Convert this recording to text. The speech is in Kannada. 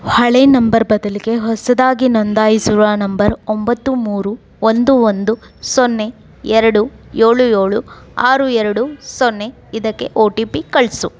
ಹಳೇ ನಂಬರ್ ಬದಲಿಗೆ ಹೊಸದಾಗಿ ನೋಂದಾಯಿಸಿರುವ ನಂಬರ್ ಒಂಬತ್ತು ಮೂರು ಒಂದು ಒಂದು ಸೊನ್ನೆ ಎರಡು ಏಳು ಏಳು ಆರು ಎರಡು ಸೊನ್ನೆ ಇದಕ್ಕೆ ಒ ಟಿ ಪಿ ಕಳಿಸು